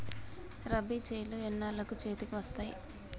రబీ చేలు ఎన్నాళ్ళకు చేతికి వస్తాయి?